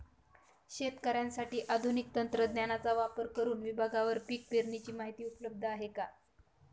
शेतकऱ्यांसाठी आधुनिक तंत्रज्ञानाचा वापर करुन विभागवार पीक पेरणीची माहिती उपलब्ध आहे का?